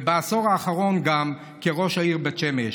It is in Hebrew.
ובעשור האחרון גם כראש העיר בית שמש.